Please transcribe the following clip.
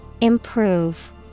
Improve